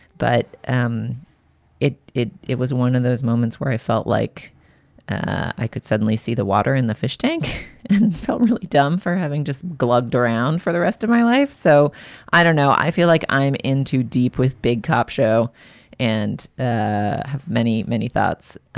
but um it it it was one of those moments where i felt like i could suddenly see the water in the fish tank and felt really dumb for having just glogg drowned for the rest of my life. so i don't know. i feel like i'm in too deep with big cop show and ah have many, many thoughts.